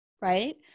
right